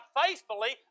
faithfully